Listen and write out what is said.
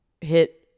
hit